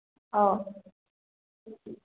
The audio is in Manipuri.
ꯑꯧ